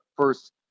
first